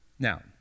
Now